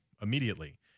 immediately